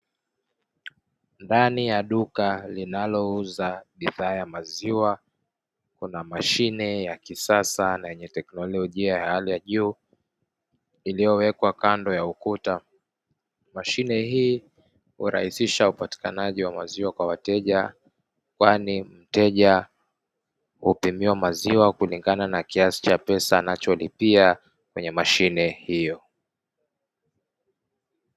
Ndani ya duka linalouza bidhaa ya maziwa, kuna mashine ya kisasa na yenye teknolojia ya hali ya juu; iliyowekwa kando ya ukuta. Mashine hii hurahisisha upatikanaji wa maziwa kwa wateja, kwani mteja hupimiwa maziwa kulingana na kiasi cha pesa anacholipia kwenye mashine hiyo.